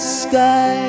sky